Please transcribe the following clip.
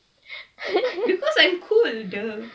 because I am cool !duh!